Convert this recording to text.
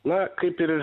na kaip ir